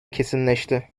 kesinleşti